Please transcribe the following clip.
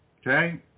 Okay